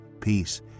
Peace